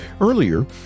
earlier